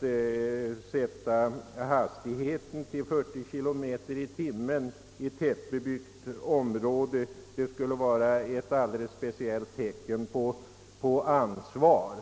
begränsa hastigheten till 40 kilometer i timmen i tättbebyggt område skulle vara ett speciellt tecken på ansvar.